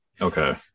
okay